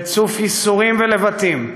רצוף ייסורים ולבטים,